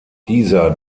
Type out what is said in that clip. dieser